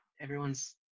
Everyone's